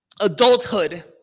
Adulthood